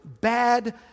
bad